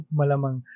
malamang